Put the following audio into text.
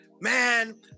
Man